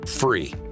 free